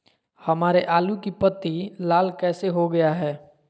हमारे आलू की पत्ती लाल कैसे हो गया है?